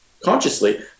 consciously